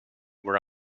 where